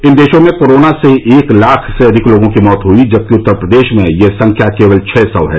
इन देशों में कोरोना से एक लाख से अधिक लोगों की मौत हुई है जबकि उत्तर प्रदेश में यह संख्या केवल छह सौ है